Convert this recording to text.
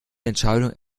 entscheidung